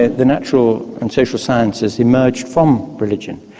the natural and social sciences emerged from religion,